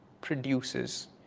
produces